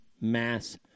mass